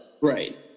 Right